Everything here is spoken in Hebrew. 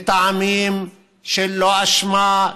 מטעמים של אין אשמה,